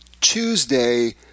Tuesday